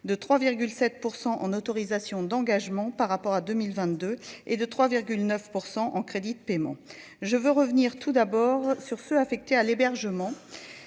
de 3 7 % en autorisations d'engagement par rapport à 2000 22 et de 3 9 % en crédits de paiement, je veux revenir tout d'abord sur ce affecté à l'hébergement